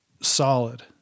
solid